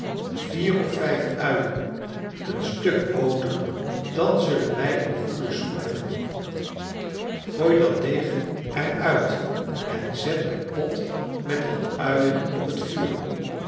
vier of vijf uien een stuk boter dan zullen wij een goede soep hebben gooi dat deeg er uit en zet den pot met wat uien op het vuur